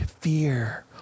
fear